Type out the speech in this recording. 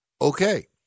Okay